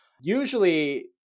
Usually